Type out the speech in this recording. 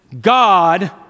God